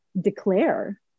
declare